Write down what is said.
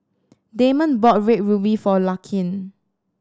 Damond bought Red Ruby for Larkin